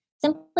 simply